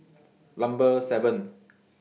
Number seven